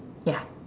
ya